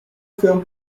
film